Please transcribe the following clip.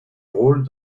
rôles